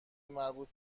مربوط